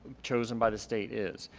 chosen by the state is.